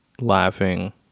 laughing